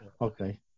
Okay